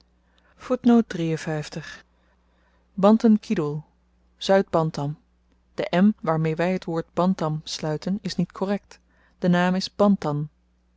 bantan kidoel zuid bantam de m waarmee wy t woord bantam sluiten is niet korrekt de naam is